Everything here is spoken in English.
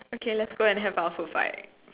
okay let's go and have our food bye